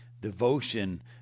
devotion